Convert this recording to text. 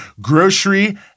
grocery